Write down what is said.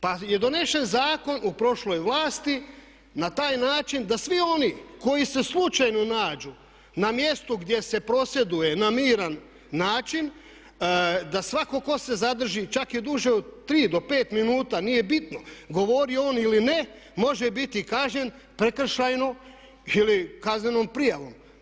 Pa je donesen zakon u prošloj vlasti na taj način da svi oni koji se slučajno nađu na mjestu gdje se prosvjeduje na miran način da svatko tko se zadrži čak i duže od 3 do 5 minuta, nije bitno govori on il ne, može biti kažnjen prekršajno ili kaznenom prijavom.